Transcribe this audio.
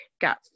got